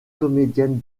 comédienne